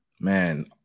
Man